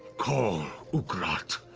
call ukurat.